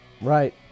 Right